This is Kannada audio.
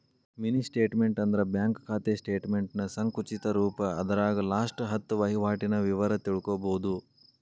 ಮಿನಿ ಸ್ಟೇಟ್ಮೆಂಟ್ ಅಂದ್ರ ಬ್ಯಾಂಕ್ ಖಾತೆ ಸ್ಟೇಟಮೆಂಟ್ನ ಸಂಕುಚಿತ ರೂಪ ಅದರಾಗ ಲಾಸ್ಟ ಹತ್ತ ವಹಿವಾಟಿನ ವಿವರ ತಿಳ್ಕೋಬೋದು